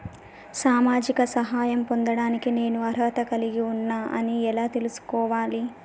సామాజిక సహాయం పొందడానికి నేను అర్హత కలిగి ఉన్న అని ఎలా తెలుసుకోవాలి?